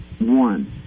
one